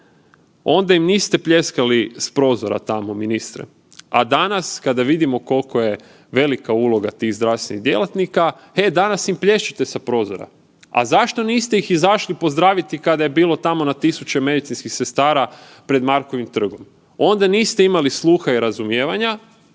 onda im niste pljeskali s prozora tamo, ministre. A danas, kada vidimo koliko je velika uloga tih zdravstvenih djelatnika, e danas im plješćete sa prozora. A zašto niste ih izašli pozdraviti kada je bilo tamo na tisuće medicinskih sestara pred Markovim trgom. Onda niste imali sluha i razumijevanja,